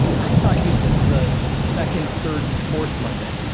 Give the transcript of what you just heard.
i thought you said the second, third and fourth monday.